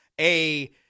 A-